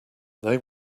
they